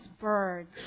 birds